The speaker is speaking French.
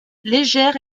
légers